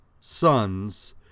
sons